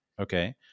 Okay